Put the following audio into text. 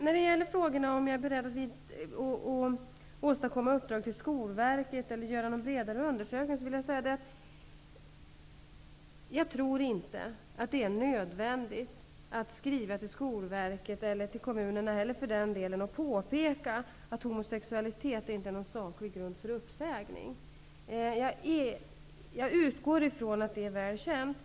När det gäller frågorna om jag är beredd att åstadkomma uppdrag till Skolverket eller göra någon bredare undersökning vill jag säga att jag inte tror att det är nödvändigt att skriva till Skolverket och inte heller till kommunerna och påpeka att homosexualitet inte är saklig grund för uppsägning. Jag utgår ifrån att det är väl känt.